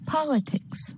Politics